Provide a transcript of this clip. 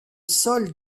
sol